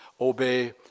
obey